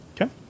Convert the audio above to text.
Okay